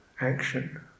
action